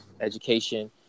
education